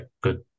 good